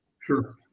Sure